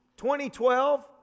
2012